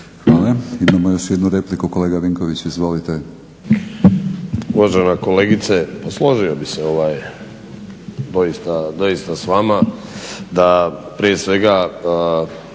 Hvala. Imamo još jednu repliku. Kolega Vinković izvolite!